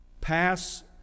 pass